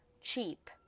Cheap